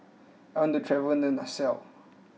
I want to travel to Nassau